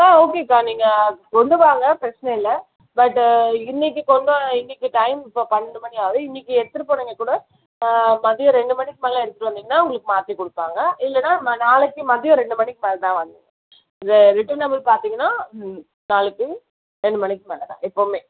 ஆ ஓகேக்கா நீங்கள் கொண்டு வாங்க பிரச்சனை இல்லை பட்டு இன்றைக்கி கொண்டு இன்றைக்கி டைம் இப்போ பன்ரெண்டு மணி ஆகுது இன்றைக்கி எடுத்துகிட்டு போனிங்கன்னாக்கூட மதியம் ரெண்டு மணி போல் எடுத்துகிட்டு வந்திங்கன்னால் உங்களுக்கு மாற்றி கொடுப்பாங்க இல்லைன்னா நாளைக்கு மதியம் ரெண்டு மணிக்கு மேலேதான் வந்து உங்கள் ரிட்டனபில் பார்த்தீங்கன்னா நாளைக்கு ரெண்டு மணிக்கு மேலேதான் எப்பவுமே